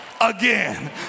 again